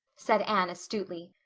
said anne astutely.